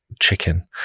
chicken